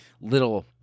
little